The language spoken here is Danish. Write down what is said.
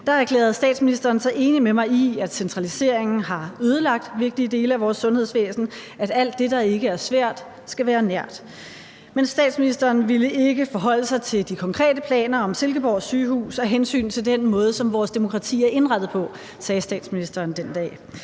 erklærede statsministeren sig enig med mig i, at centraliseringen har ødelagt vigtige dele af vores sundhedsvæsen, og at alt det, der ikke er svært, skal være nært. Men statsministeren ville ikke forholde sig til de konkrete planer om Silkeborg Sygehus af hensyn til den måde, som vores demokrati er indrettet på. Det sagde statsministeren den dag.